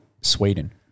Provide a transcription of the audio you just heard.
Sweden